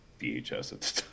VHS